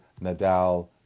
Nadal